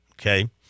Okay